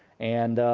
and